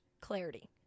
clarity